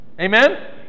Amen